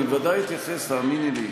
אני בוודאי אתייחס, תאמיני לי.